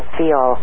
feel